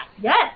Yes